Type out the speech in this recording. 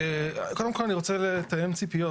קודם כל, אני רוצה לתאם ציפיות.